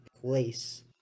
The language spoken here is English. place